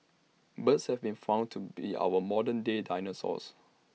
birds have been found to be our modern day dinosaurs